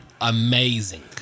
Amazing